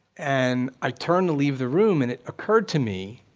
and i turned to leave the room and it occurred to me,